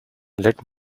let